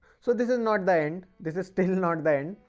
so this is not the end, this is still not the end.